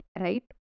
right